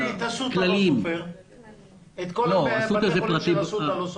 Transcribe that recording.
את כל בתי החולים של אסותא אני לא סופר.